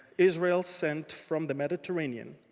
israel sent from the mediterranean.